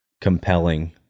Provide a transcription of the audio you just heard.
compelling